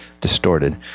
distorted